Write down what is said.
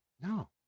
No